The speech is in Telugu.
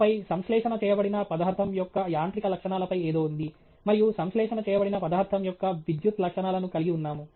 ఆపై సంశ్లేషణ చేయబడిన పదార్థం యొక్క యాంత్రిక లక్షణాలపై ఏదో ఉంది మరియు సంశ్లేషణ చేయబడిన పదార్థం యొక్క విద్యుత్ లక్షణాలను కలిగి ఉన్నాము